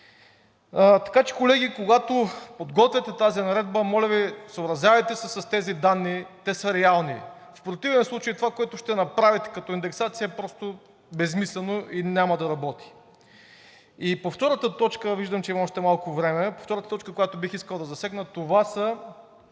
Така че, колеги, когато подготвяте тази наредба, моля Ви, съобразявайте се с тези данни, те са реални. В противен случай това, което ще направите като индексация, е просто безсмислено и няма да работи. И по втората точка, виждам, че има още малко време, по втората точка, която бих искал да засегна, това,